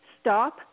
stop